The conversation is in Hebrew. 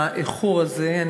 לאיחור הזה.